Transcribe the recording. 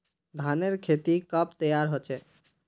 धानेर खेती कब तैयार होचे?